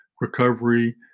recovery